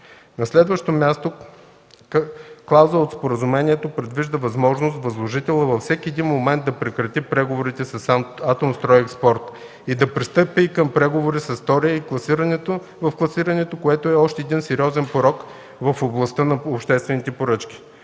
На следващо място, клауза от споразумението предвижда възможност възложителят във всеки един момент да прекрати преговорите с „Атомстройекспорт” и да пристъпи към преговори с втория в класирането, което е още един сериозен порок в областта на обществените поръчки.